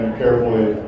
carefully